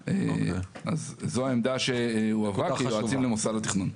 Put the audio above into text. אז, זו העמדה שהועברה כיועצים למוסד התכנון.